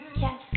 yes